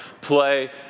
play